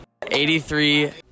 83